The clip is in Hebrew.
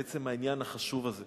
על עצם העניין החשוב הזה.